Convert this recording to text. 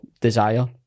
desire